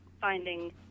finding